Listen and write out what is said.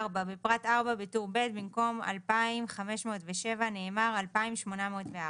בפרט (4), בטור ב', במקום "2,507" נאמר "2,804".